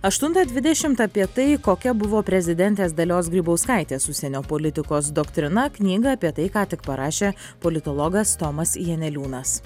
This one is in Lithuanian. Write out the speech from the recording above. aštuntą dvidešimt apie tai kokia buvo prezidentės dalios grybauskaitės užsienio politikos doktrina knygą apie tai ką tik parašė politologas tomas janeliūnas